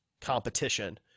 competition